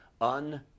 un